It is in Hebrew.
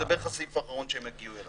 זה בערך הסעיף האחרון שהם יגיעו אליו.